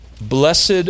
Blessed